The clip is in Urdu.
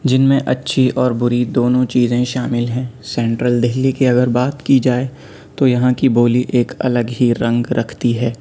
جن میں اچّھی اور بری دونوں چیزیں شامل ہیں سینٹرل دہلی کی اگر بات کی جائے تو یہاں کی بولی ایک الگ ہی رنگ رکھتی ہے